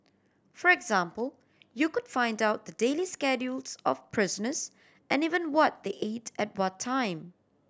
for example you could find out the daily schedules of prisoners and even what they ate at what time